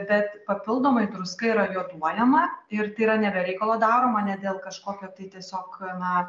bet papildomai druska yra joduojama ir tai yra ne be reikalo daroma ne dėl kažkokio tai tiesiog na